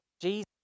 Jesus